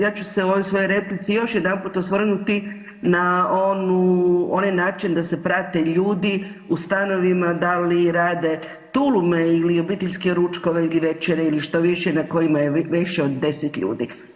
Ja ću se u ovoj svojoj replici još jedanput osvrnuti na onu, onaj način da se prate ljudi u stanovima da li rade tulume ili obiteljske ručkove ili večere ili što više na kojima je više od 10 ljudi.